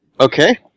Okay